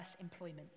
employment